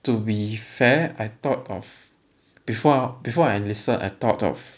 to be fair I thought of before before I enlisted I thought of